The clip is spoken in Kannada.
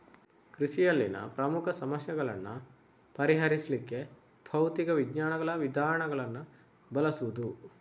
ಕೃಷಿಯಲ್ಲಿನ ಪ್ರಮುಖ ಸಮಸ್ಯೆಗಳನ್ನ ಪರಿಹರಿಸ್ಲಿಕ್ಕೆ ಭೌತಿಕ ವಿಜ್ಞಾನಗಳ ವಿಧಾನಗಳನ್ನ ಬಳಸುದು